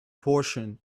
portion